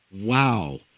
Wow